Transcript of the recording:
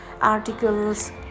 articles